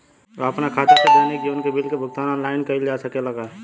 आपन खाता से दैनिक जीवन के बिल के भुगतान आनलाइन कइल जा सकेला का?